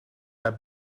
our